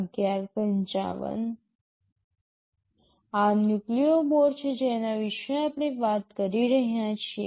આ ન્યુક્લિયો બોર્ડ છે જેના વિશે આપણે વાત કરી રહ્યા છીએ